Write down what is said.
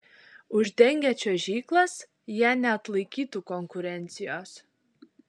uždengę čiuožyklas jie neatlaikytų konkurencijos